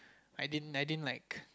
I didn't I didn't like